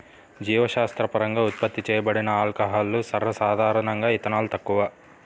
జీవశాస్త్రపరంగా ఉత్పత్తి చేయబడిన ఆల్కహాల్లు, సర్వసాధారణంగాఇథనాల్, తక్కువ